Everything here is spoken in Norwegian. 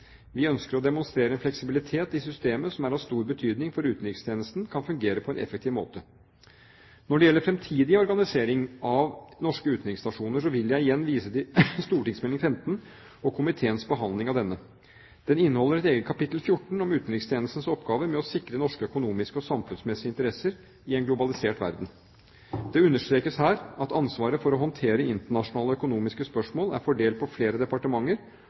Vi ønsker å demonstrere en fleksibilitet i systemet som er av stor betydning for at utenrikstjenesten kan fungere på en effektiv måte. Når det gjelder fremtidig organisering av norske utenriksstasjoner, vil jeg igjen vise til St.meld. nr. 15 og komiteens behandling av denne. Meldingen inneholder et eget kapittel, kapittel 14, om utenrikstjenestens oppgaver med å sikre norske økonomiske og samfunnsmessige interesser i en globalisert verden. Det understrekes her at ansvaret for å håndtere internasjonale økonomiske spørsmål er fordelt på flere departementer,